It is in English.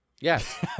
yes